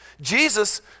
Jesus